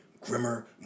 grimmer